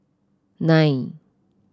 nine